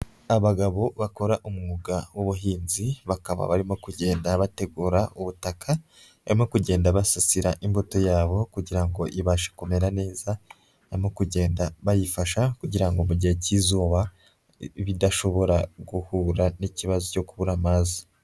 Abagabo bakora umwuga w'ubuhinzi bakaba barimo kugenda bategura ubutaka, barimo kugenda basasira imbuto yabo kugira ngo ibashe kumera neza, barimo kugenda bayifasha, kugira ngo mu gihe cy'izuba, ibe idashobora guhura n'ikibazo cyo kubura amazi.